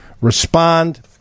Respond